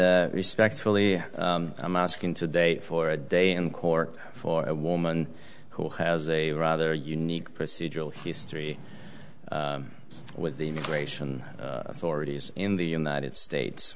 respectfully i'm asking today for a day in court for a woman who has a rather unique procedural history with the immigration authorities in the united states